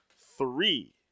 three